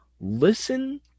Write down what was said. listen